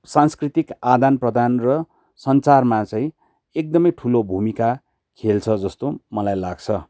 सांस्कृतिक आदान प्रदान र सञ्चारमा चै एकदमै ठुलो भुमिका खेल्छ जस्तो मलाई लाग्छ